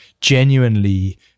genuinely